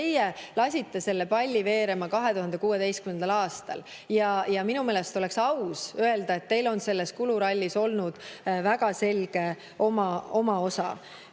teie lasite selle palli veerema 2016. aastal. Minu meelest oleks aus öelda, et teil on selles kulurallis olnud väga selge oma osa.